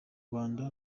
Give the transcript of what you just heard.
rwanda